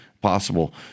possible